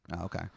Okay